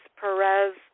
Perez